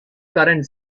current